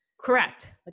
Correct